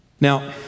Now